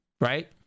right